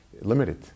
limited